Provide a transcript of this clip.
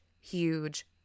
huge